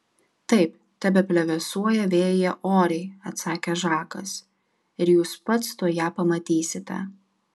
taip tebeplevėsuoja vėjyje oriai atsakė žakas ir jūs pats tuoj ją pamatysite